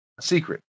secret